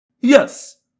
Yes